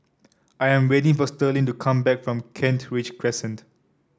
I am waiting for Sterling to come back from Kent Ridge Crescent